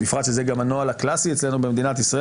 בפרט שזה גם הנוהל הקלסי אצלנו במדינת ישראל